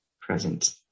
present